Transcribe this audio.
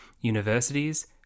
universities